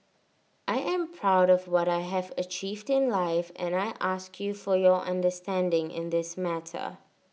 I am proud of what I have achieved in life and I ask you for your understanding in this matter